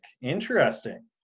Interesting